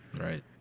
Right